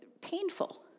painful